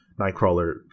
Nightcrawler